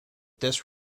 this